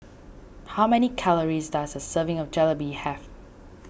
how many calories does a serving of Jalebi have